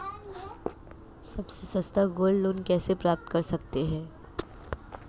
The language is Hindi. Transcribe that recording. सबसे सस्ता गोल्ड लोंन कैसे प्राप्त कर सकते हैं?